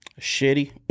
shitty